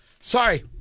Sorry